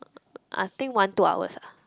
I think one two hours ah